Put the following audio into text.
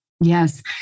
Yes